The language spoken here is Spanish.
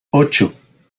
ocho